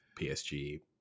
PSG